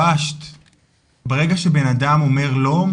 ברגע שבנאדם אומר לא,